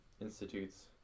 institutes